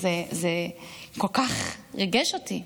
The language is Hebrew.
זה כל כך ריגש אותי,